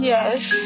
Yes